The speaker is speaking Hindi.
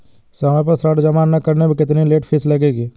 समय पर ऋण जमा न करने पर कितनी लेट फीस लगेगी?